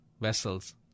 vessels